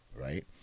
right